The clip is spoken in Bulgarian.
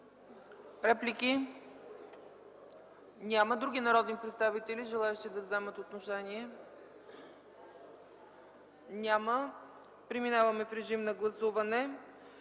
Реплики? Няма. Други народни представители, желаещи да вземат отношение? Няма. Преминаваме към гласуване.